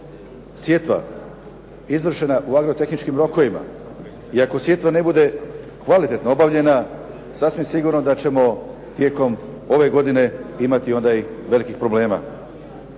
sjetva izvršena u agrotehničkim rokovima i ako sjetva ne bude kvalitetno obavljena, sasvim sigurno da ćemo tijekom ove godine imati onda i velikih problema.